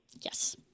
Yes